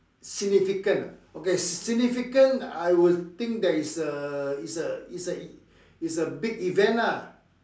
significant ah then I will think there is a is a is a is a big event lah